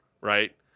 right